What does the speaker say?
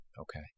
Okay